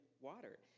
water